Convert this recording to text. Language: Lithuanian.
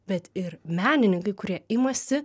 bet ir menininkai kurie imasi